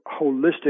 holistic